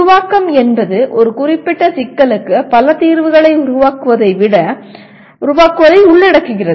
உருவாக்கம் என்பது ஒரு குறிப்பிட்ட சிக்கலுக்கு பல தீர்வுகளை உருவாக்குவதை உள்ளடக்குகிறது